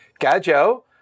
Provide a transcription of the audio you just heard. Gajo